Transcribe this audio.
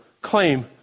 claim